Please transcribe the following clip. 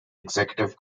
executive